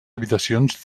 habitacions